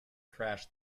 crashed